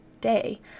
day